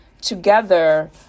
Together